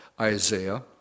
Isaiah